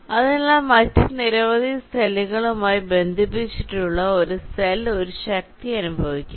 അതിനാൽ മറ്റ് നിരവധി സെല്ലുകളുമായി ബന്ധിപ്പിച്ചിട്ടുള്ള ഒരു സെൽ ഒരു ശക്തി അനുഭവിക്കും